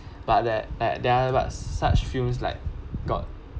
but that that there was such films like got